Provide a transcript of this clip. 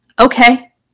Okay